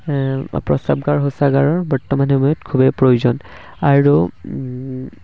প্ৰস্ৰাৱগাৰ শৌচাগাৰৰ বৰ্তমান সময়ত খুবেই প্ৰয়োজন আৰু